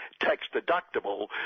tax-deductible